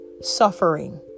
suffering